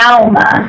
Alma